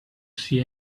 see